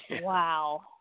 wow